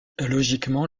logiquement